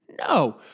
No